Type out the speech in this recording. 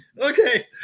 Okay